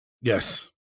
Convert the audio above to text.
Yes